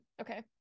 okay